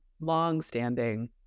longstanding